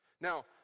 Now